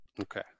Okay